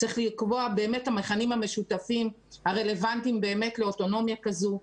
צריך לקבוע באמת את המכנים המשותפים הרלוונטיים באמת לאוטונומיה כזו.